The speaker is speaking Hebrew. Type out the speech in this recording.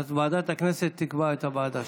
אז ועדת הכנסת תקבע את הוועדה.